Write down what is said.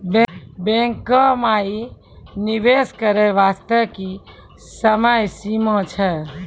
बैंको माई निवेश करे बास्ते की समय सीमा छै?